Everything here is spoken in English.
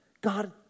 God